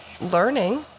learning